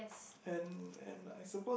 and and I suppose